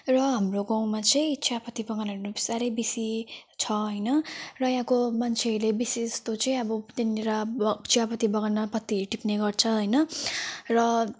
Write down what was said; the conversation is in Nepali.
र हाम्रो गाउँमा चाहिँ चियापत्ती बगानहरू साह्रै बेसी छ होइन र यहाँको मान्छेहरूले बेसी जस्तो चाहिँ अब त्यहाँनेर ब चियापत्ती बगानमा पत्तीहरू टिप्ने गर्छ होइन र